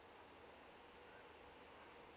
uh